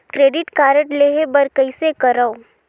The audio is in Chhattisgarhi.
क्रेडिट कारड लेहे बर कइसे करव?